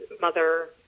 mother